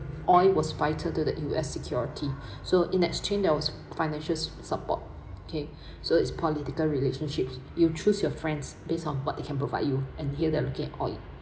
oil was vital to the U_S security so in exchange there was financial support okay so its political relationships you choose your friends based on what they can provide you and here they looking at oil